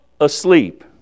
asleep